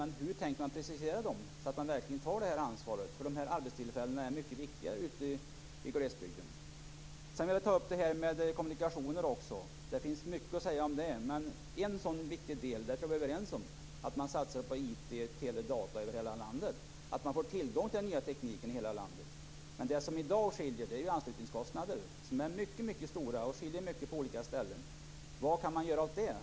Men hur tänker ni precisera dem, så att man verkligen tar det ansvaret? Dessa arbetstillfällen är mycket viktiga ute i glesbygden. Jag vill också ta upp frågan om kommunikationer. Det finns mycket att säga om det. En viktig del som jag tror att vi är överens om är att vi satsar på IT, tele och datorer över hela landet. Hela landet måste få tillgång till den nya tekniken. Det som i dag varierar är anslutningskostnaderna, som är mycket stora och som skiljer sig åt betydligt mellan olika ställen. Vad kan vi göra åt det?